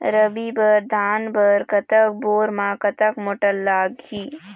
रबी बर धान बर कतक बोर म कतक मोटर लागिही?